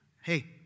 Hey